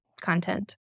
content